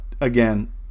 again